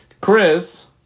Chris